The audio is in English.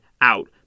out